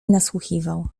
nasłuchiwał